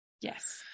Yes